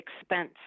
expense